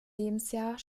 lebensjahr